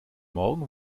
morgen